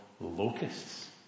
locusts